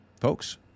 folks